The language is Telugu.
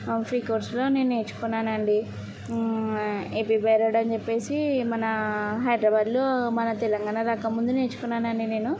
ఫ్రీ కోర్సులో నేను నేర్చుకున్నాను అండి ఏపీ బైరాడ్ అని మన హైదరాబాద్లో మన తెలంగాణ రాకముందు నేర్చుకున్నాను అండి నేను